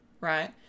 Right